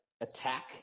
attack